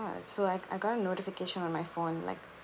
ya so I I got a notification on my phone like